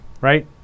Right